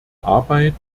arbeit